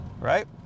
right